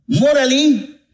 morally